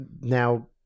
now